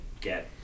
get